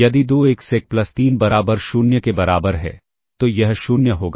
यदि 2 x 1 plus 3 बराबर 0 के बराबर है तो यह 0 होगा